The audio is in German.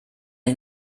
ich